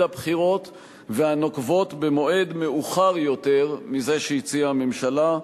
הבחירות והנוקבות במועד מאוחר יותר מזה שהציעה הממשלה.